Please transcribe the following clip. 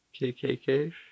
KKK